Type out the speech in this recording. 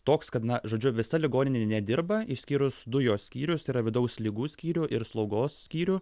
toks kad na žodžiu visa ligoninėje nedirba išskyrus du jos skyrius tai yra vidaus ligų skyrių ir slaugos skyrių